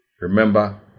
remember